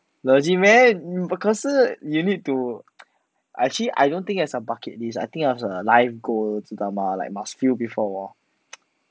legit meh hmm 可是 you need to actually I don't think as a bucket list ah I think as a life goal 知道吗 like must fill before 我